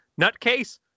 nutcase